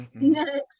Next